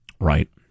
Right